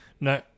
no